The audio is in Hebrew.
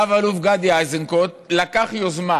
רב אלוף גדי איזנקוט, לקח יוזמה,